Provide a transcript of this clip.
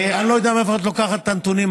אני לא יודע מאיפה את לוקחת את הנתונים.